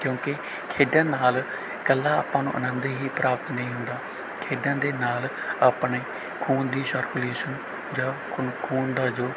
ਕਿਉਂਕਿ ਖੇਡਣ ਨਾਲ ਇਕੱਲਾ ਆਪਾਂ ਨੂੰ ਆਨੰਦ ਹੀ ਪ੍ਰਾਪਤ ਨਹੀਂ ਹੁੰਦਾ ਖੇਡਣ ਦੇ ਨਾਲ ਆਪਣੇ ਖੂਨ ਦੀ ਸ਼ਰਕੂਲੇਸ਼ਨ ਜਾਂ ਖੂ ਖੂਨ ਦਾ ਜੋ